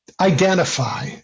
identify